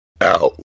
Ow